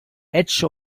edge